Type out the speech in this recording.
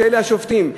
שאלה השופטים?